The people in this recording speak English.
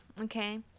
okay